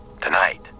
Tonight